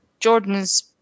Jordans